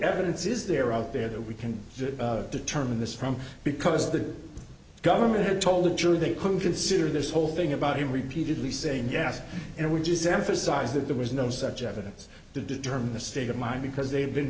evidence is there out there that we can determine this from because the government had told the jury they couldn't consider this whole thing about he repeatedly saying yes and we just emphasize that there was no such evidence to determine the state of mind because they had been